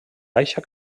baixa